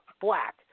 black